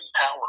power